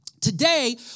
Today